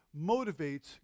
motivates